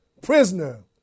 prisoner